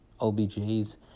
OBJ's